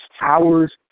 hours